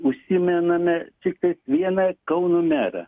užsimename tik tais vieną kauno merą